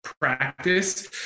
practice